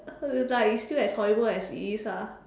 uh like it's still as horrible as it is ah